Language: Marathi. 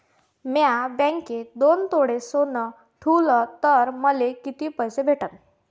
म्या बँकेत दोन तोळे सोनं ठुलं तर मले किती पैसे भेटन